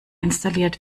installiert